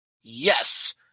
Yes